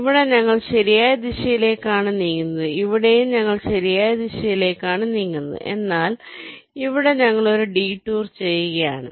ഇവിടെ ഞങ്ങൾ ശരിയായ ദിശയിലേക്കാണ് നീങ്ങുന്നത് ഇവിടെയും ഞങ്ങൾ ശരിയായ ദിശയിലേക്കാണ് നീങ്ങുന്നത് എന്നാൽ ഇവിടെ ഞങ്ങൾ ഒരു ഡിടൂർ ചെയ്യുകയാണ്